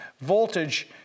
voltage